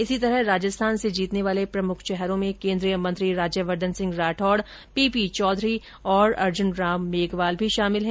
इसी तरह राजस्थान से जीतने वाले प्रमुख चेहरों में केन्द्रीय मंत्री राज्यवर्द्वन सिंह राठौड पीपी चौधरी और अर्जुन राम मेघवाल भी शामिल है